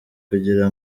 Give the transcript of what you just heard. kugira